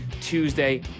Tuesday